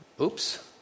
Oops